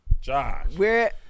Josh